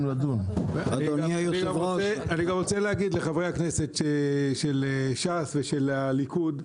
אני גם רוצה להגיד לחברי הכנסת של ש"ס ושל הליכוד,